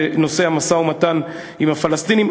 אתה גם התייחסת לנושא המשא-ומתן עם הפלסטינים.